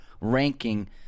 ranking